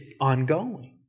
ongoing